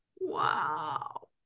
wow